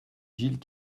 gilles